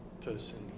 person